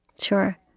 Sure